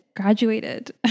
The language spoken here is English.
Graduated